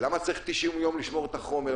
למה צריך 90 יום לשמור את החומר,